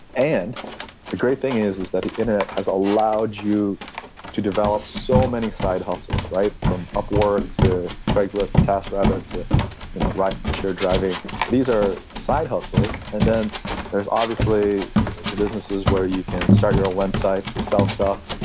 and the great thing is, is that the internet has allowed you to develop so many side hustles. from upwork, to craigslist, to taskrabbit, to you know ride ah pressure driving these are side hustles and then there is obviously the businesses where you can start your own website to sell stuff,